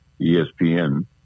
ESPN